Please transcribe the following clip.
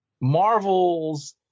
Marvel's